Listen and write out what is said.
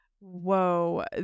Whoa